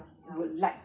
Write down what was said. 要 try